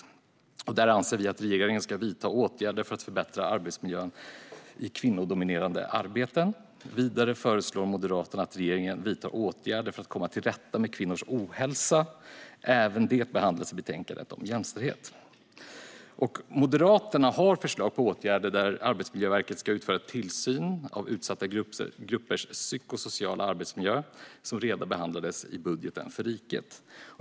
Där anser vi att regeringen ska vidta åtgärder för att förbättra arbetsmiljön i kvinnodominerade arbeten. Vidare föreslår Moderaterna att regeringen vidtar åtgärder för att komma till rätta med kvinnors ohälsa, som även det behandlas i betänkandet om jämställdhet. Moderaterna har förslag på åtgärder där Arbetsmiljöverket ska utföra tillsyn av utsatta gruppers psykosociala arbetsmiljö, som redan behandlats i budgeten för riket.